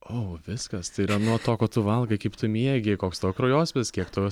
o viskas tai yra nuo to ko tu valgai kaip tu miegi koks tavo kraujospūdis kiek tu